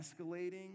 escalating